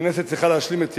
הכנסת צריכה להשלים את ימיה,